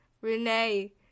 Renee